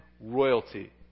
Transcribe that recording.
royalty